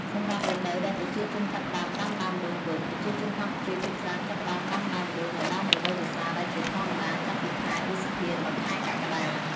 សម្រាប់រដូវដែលប្រជាជនចាប់ផ្ដើមដាំដើមដូងវិញ ប្រជាជនកម្ពុជាភាគច្រើនចាប់ផ្ដើមដាំដើមដូងនៅដើមរដូវវស្សា ដែលជាធម្មតាចាប់ពីខែ ឧសភា ដល់ ខែកក្កដា។